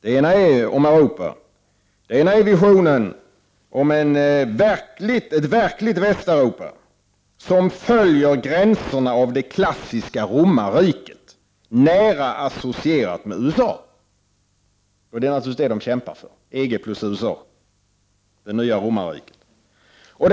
Den ena gäller Europa, visionen om ett verkligt Västeuropa som följer gränserna av det klassiska romarriket, nära associerat med USA. Det är naturligvis detta som man kämpar för — EG plus USA, det nya romarriket.